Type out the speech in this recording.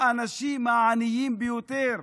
האנשים העניים ביותר,